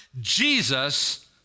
Jesus